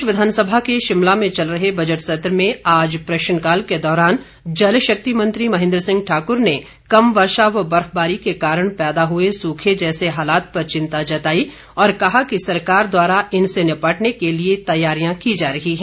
प्रदेश विधानसभा के शिमला में चल रहे बजट सत्र में आज प्रश्नकाल के दौरान जलशक्ति मंत्री महेंद्र सिंह ठाकुर ने कम वर्षा व बर्फबारी के कारण पैदा हुए सूखे जैसे हालात पर चिंता जताई और कहा कि सरकार द्वारा इनसे निपटने के लिए तैयारिया की जा रही है